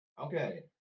Okay